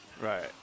Right